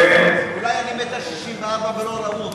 אולי אני 1.64 מטר ולא ראו אותי,